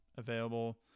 available